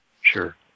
Sure